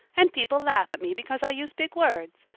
and people laugh at me because i use big words.